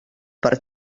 per